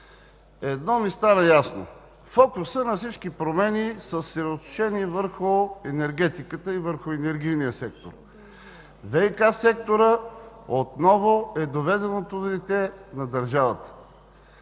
Едно ми става ясно – фокусът на всички проблеми, са съсредоточени върху енергетиката и върху енергийния сектор. ВиК секторът отново е доведеното дете на държавата.